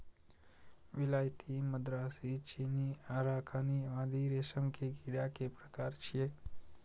विलायती, मदरासी, चीनी, अराकानी आदि रेशम के कीड़ा के प्रकार छियै